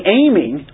aiming